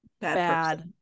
bad